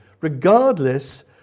regardless